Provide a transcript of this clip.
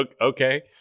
okay